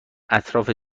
اطراف